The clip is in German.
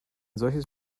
solches